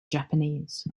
japanese